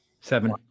seven